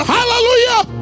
Hallelujah